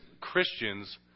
Christians